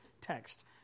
text